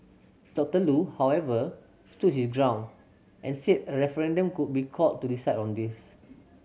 Doctor Loo however stood his ground and said a referendum could be called to decide on this